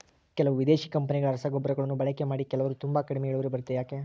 ಕೆಲವು ವಿದೇಶಿ ಕಂಪನಿಗಳ ರಸಗೊಬ್ಬರಗಳನ್ನು ಬಳಕೆ ಮಾಡಿ ಕೆಲವರು ತುಂಬಾ ಕಡಿಮೆ ಇಳುವರಿ ಬರುತ್ತೆ ಯಾಕೆ?